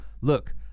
look